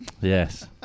Yes